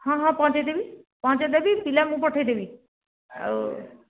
ହଁ ହଁ ପହୁଞ୍ଚାଇଦେବି ପହୁଞ୍ଚାଇଦେବି ପିଲା ମୁଁ ପଠାଇଦେବି ଆଉ